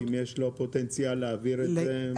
אם יש לו פוטנציאל להעביר את זה בדלת האחורית.